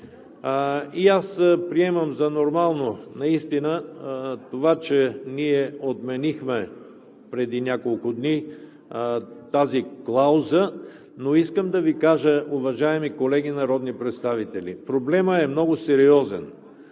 Аз приемам за нормално това, че ние отменихме преди няколко дни тази клауза, но искам да Ви кажа, уважаеми колеги народни представители, че проблемът е много сериозен,